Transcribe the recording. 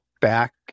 back